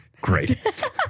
Great